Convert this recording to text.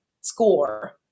score